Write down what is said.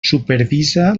supervisa